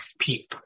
PEEP